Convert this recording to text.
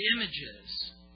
images